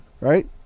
Right